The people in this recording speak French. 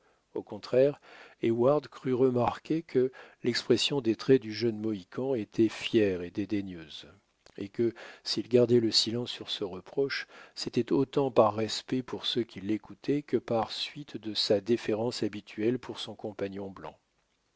au contraire heyward crut remarquer que l'expression des traits du jeune mohican était fière et dédaigneuse et que s'il gardait le silence sur ce reproche c'était autant par respect pour ceux qui l'écoutaient que par suite de sa déférence habituelle pour son compagnon blanc